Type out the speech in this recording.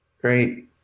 Great